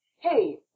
hey